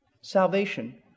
Salvation